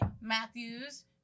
Matthews